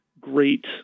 great